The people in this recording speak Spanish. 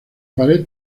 pared